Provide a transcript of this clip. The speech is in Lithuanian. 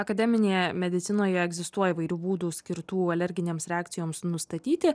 akademinėje medicinoje egzistuoja įvairių būdų skirtų alerginėms reakcijoms nustatyti